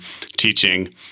teaching